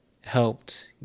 helped